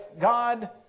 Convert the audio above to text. god